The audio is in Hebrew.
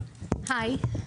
היי.